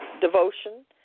devotion